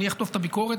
אני אחטוף את הביקורת,